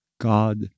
God